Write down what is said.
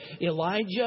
Elijah